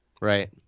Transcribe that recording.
Right